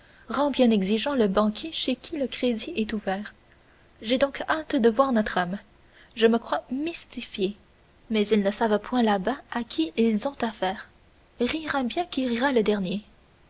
rend bien exigeant le banquier chez qui le crédit est ouvert j'ai donc hâte de voir notre homme je me crois mystifié mais ils ne savent point là-bas à qui ils ont affaire rira bien qui rira le dernier